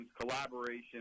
collaboration